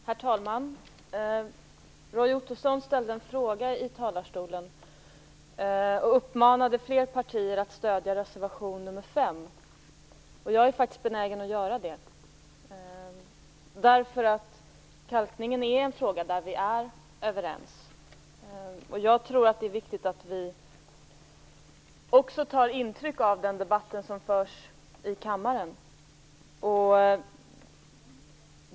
Herr talman! Roy Ottosson ställde en fråga i talarstolen och uppmanade flera partier att stödja reservation nr 5. Jag är faktiskt benägen att göra det, därför att kalkningen är en fråga som vi är överens om. Jag tror att det är viktigt att vi också tar intryck av den debatt som förs i kammaren.